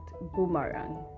boomerang